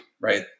right